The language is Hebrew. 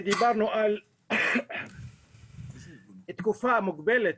דיברנו על תקופה מוגבלת